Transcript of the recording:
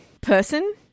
person